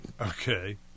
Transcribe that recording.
Okay